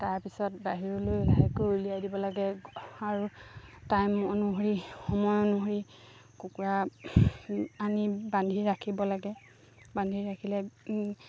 তাৰপিছত বাহিৰলৈ লাহেকৈ উলিয়াই দিব লাগে আৰু টাইম অনুসৰি সময় অনুসৰি কুকুৰা আনি বান্ধি ৰাখিব লাগে বান্ধি ৰাখিলে